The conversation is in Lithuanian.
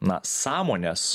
na sąmonės